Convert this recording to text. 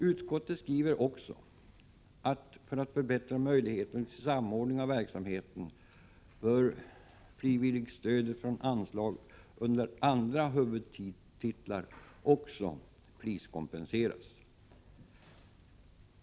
Utskottet skriver också att för att förbättra möjligheterna till samordning av verksamheten bör även frivilligstödet från anslag under andra huvudtitlar priskompenseras.